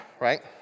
right